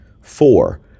Four